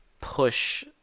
push